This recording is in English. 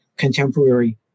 Contemporary